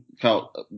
felt